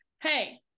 hey